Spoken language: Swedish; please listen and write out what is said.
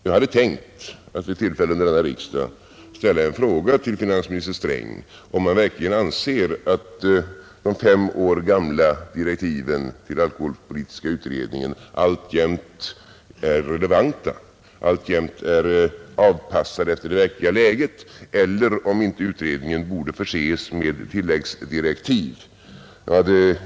Jag hade tänkt att vid tillfälle under denna riksdag fråga finansminister Sträng om han verkligen anser att de fem år gamla direktiven till alkoholpolitiska utredningen alltjämt är relevanta, alltjämt är anpassade till det verkliga läget, eller om utredningen borde förses med tilläggsdirek tiv.